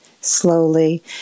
slowly